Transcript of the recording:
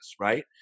right